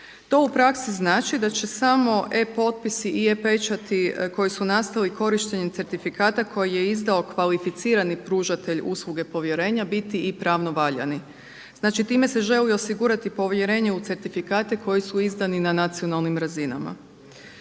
To u praksi znači da će samo e-potpisi i e-pečati koji su nastali korištenjem certifikata koji je izdao kvalificirani pružatelj usluge povjerenja biti pravno valjani. Znači time se želi osigurati povjerenje u certifikate koji su izdani na nacionalnim razinama.